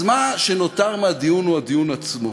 אז מה שנותר מהדיון הוא הדיון עצמו.